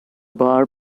bar